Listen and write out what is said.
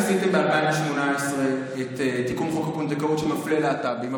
עשיתם ב-2018 את תיקון חוק הפונדקאות שמפלה להט"בים,